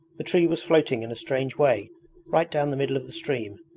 the tree was floating in a strange way right down the middle of the stream,